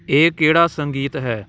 ਇਹ ਕਿਹੜਾ ਸੰਗੀਤ ਹੈ